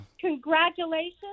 congratulations